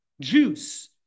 juice